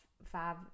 five